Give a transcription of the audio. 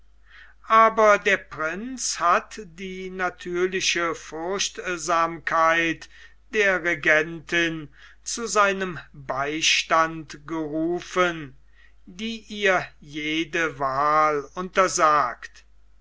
aber der prinz hat die natürliche furchtsamkeit der regentin zu seinem beistand gerufen die ihr jede wahl untersagt